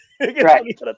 Right